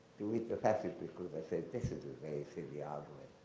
to which the fascist recruiter said, this is a very silly argument.